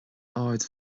ard